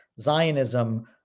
Zionism